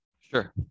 Sure